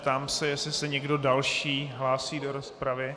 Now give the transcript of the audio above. Ptám se, jestli se někdo další hlásí do rozpravy.